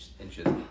inches